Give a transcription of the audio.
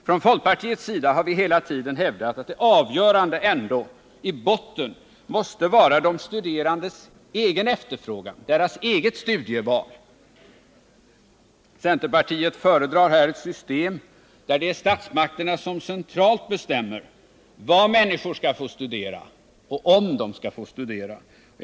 Från folkpartiets sida har vi hela tiden hävdat att det avgörande måste vara de studerandes egen efterfrågan, deras eget studieval. Centerpartiet föredrar ett system där det är statsmakterna som centralt bestämmer vad människor skall få studera och om de skall få studera.